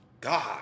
God